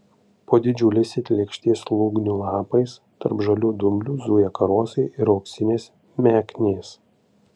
po didžiuliais it lėkštės lūgnių lapais tarp žalių dumblių zuja karosai ir auksinės meknės